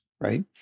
Right